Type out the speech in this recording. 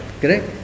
Correct